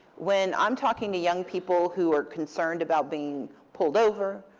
when i'm talking to young people who are concerned about being pulled over,